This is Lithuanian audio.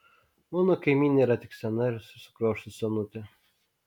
mano kaimynė yra tik sena ir sukriošus senutė